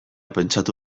pentsatu